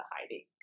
hiding